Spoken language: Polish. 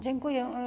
Dziękuję.